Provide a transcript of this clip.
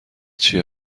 چیه